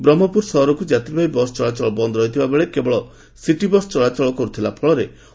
ବ୍ରହ୍କପୁର ସହରକୁ ଯାତ୍ରୀବାହୀ ବସ୍ ଚଳାଚଳ ବନ୍ଦ ରହିଥିବାବେଳେ କେବଳ ସିଟି ବସ୍ ଚଳାଚଳ ସ୍ୱାଭାବିକ ରହିଛି